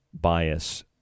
bias